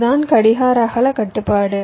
அதுதான் கடிகார அகல கட்டுப்பாடு